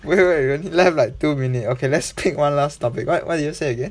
wait wait only left like two minute okay let's pick one last topic what what did you say again